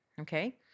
okay